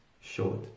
short